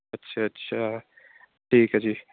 ਅੱਛਾ ਅੱਛਾ ਠੀਕ ਹੈ ਜੀ